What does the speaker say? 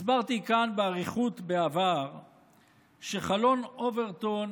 הסברתי כאן באריכות בעבר שחלון אוברטון